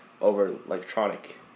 over-electronic